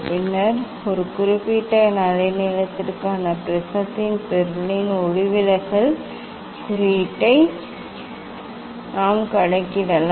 பின்னர் ஒரு குறிப்பிட்ட அலைநீளத்திற்கான ப்ரிஸத்தின் பொருளின் ஒளிவிலகல் குறியீட்டை நாம் கணக்கிடலாம்